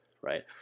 right